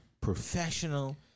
professional